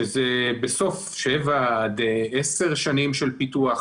שזה בסוף שבע עד 10 שנים של פיתוח,